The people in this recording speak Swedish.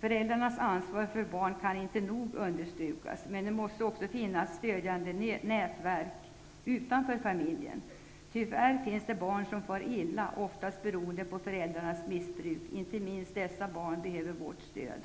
Föräldrarnas ansvar för barnen kan inte nog understrykas. Men det måste också finnas stödjande nätverk utanför familjen. Tyvärr finns det barn som far illa, oftast beroende på föräldrarnas missbruk. Inte minst dessa barn behöver vårt stöd.